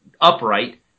upright